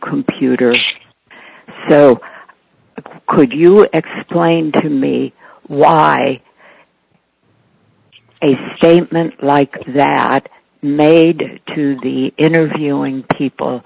computer so could you explain to me why a statement like that made to the interviewing people